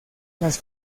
las